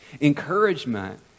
Encouragement